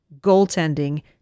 goaltending